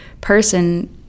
person